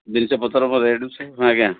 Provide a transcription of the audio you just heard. ଜିନିଷ ପତ୍ର କ'ଣ ରେଟ୍ ଅଛି ଆଜ୍ଞା